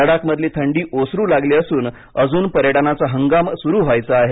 लद्दाखमधली थंडी ओसरू लागली असून अजून पर्यटनाचा हंगाम सुरू व्हायचा आहे